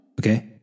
Okay